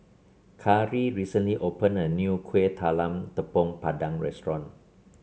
Kari recently opened a new Kuih Talam Tepong Pandan Restaurant